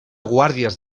guàrdies